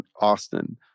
Austin